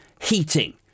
heating